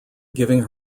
giving